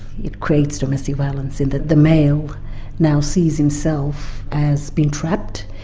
it creates domestic violence in that the male now sees himself as being trapped,